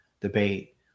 debate